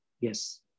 Yes